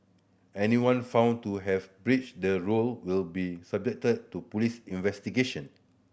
anyone found to have breached the rule will be subjected to police investigation